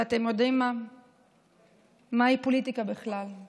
ואתם יודעים מהי פוליטיקה בכלל?